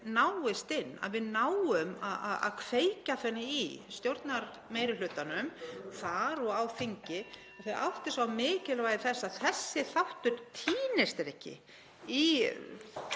nái inn, að við náum að kveikja þannig í stjórnarmeirihlutanum þar og á þingi að hann átti sig á mikilvægi þess að þessi þáttur týnist ekki í